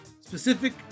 specific